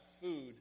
food